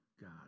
God